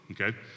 okay